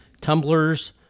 tumblers